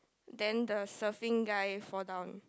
then the surfing guy fall down